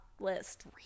list